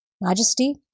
Majesty